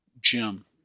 Jim